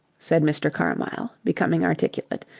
said mr. carmyle, becoming articulate,